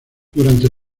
durante